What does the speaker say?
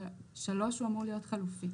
3 הוא אמור להיות חלופי.